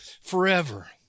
forever